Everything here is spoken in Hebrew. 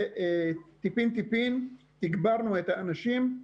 וטיפין טיפין תגברנו את האנשים.